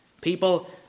People